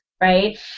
right